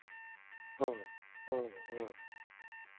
ह्म्म ह्म्म ह्म्म ह्म्म